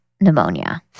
pneumonia